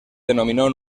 denominó